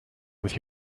with